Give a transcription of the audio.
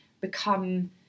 Become